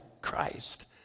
Christ